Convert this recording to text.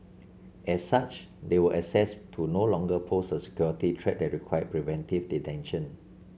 as such they were assessed to no longer pose a security threat that required preventive detention